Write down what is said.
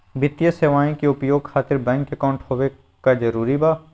वित्तीय सेवाएं के उपयोग खातिर बैंक अकाउंट होबे का जरूरी बा?